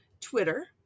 Twitter